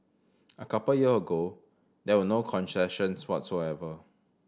a couple year ago there were no concessions whatsoever